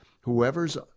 whoever's